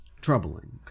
troubling